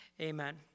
Amen